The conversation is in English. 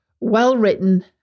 well-written